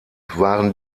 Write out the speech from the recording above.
waren